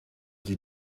sie